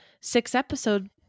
six-episode